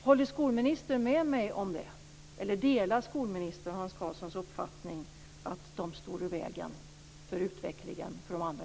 Håller skolministern med mig om det, eller delar skolministern Hans Karlssons uppfattning att de står i vägen för utvecklingen för de andra